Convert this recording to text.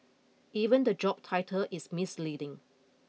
even the job title is misleading